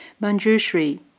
Manjushri